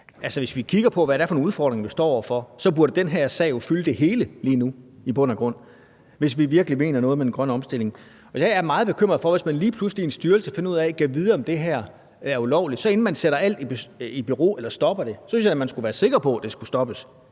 Hvis vi kigger på, hvad det er for nogle udfordringer, vi står over for, så burde den her sag jo i bund og grund fylde det hele lige nu, hvis vi virkelig mener noget med den grønne omstilling. Jeg er meget bekymret for det. Hvis man lige pludselig i en styrelse bliver i tvivl om, om det her er ulovligt, så synes jeg da, at inden man sætter alt i bero eller stopper det, skal man være sikker på, at det skal stoppes.